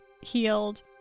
healed